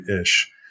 ish